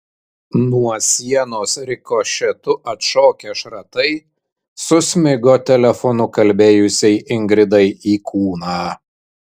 nuo sienos rikošetu atšokę šratai susmigo telefonu kalbėjusiai ingridai į kūną